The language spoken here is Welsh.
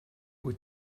wyt